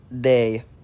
day